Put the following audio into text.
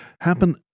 happen